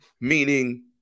meaning